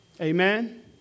Amen